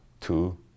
Two